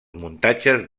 muntatges